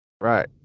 Right